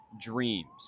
dreams